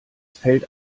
fällt